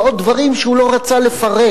ועוד דברים שהוא לא רצה לפרט.